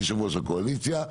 כיושב-ראש הקואליציה,